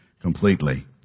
completely